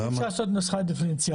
אי אפשר לעשות נוסחה דיפרנציאלית.